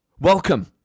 welcome